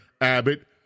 Abbott